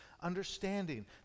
understanding